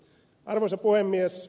arvoisa puhemies